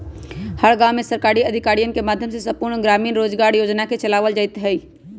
हर गांव में सरकारी अधिकारियन के माध्यम से संपूर्ण ग्रामीण रोजगार योजना के चलावल जयते हई